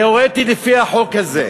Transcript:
תיאורטית, לפי החוק הזה,